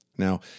Now